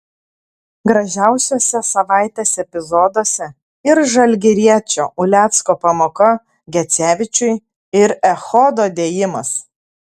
gražiausiuose savaitės epizoduose ir žalgiriečio ulecko pamoka gecevičiui ir echodo dėjimas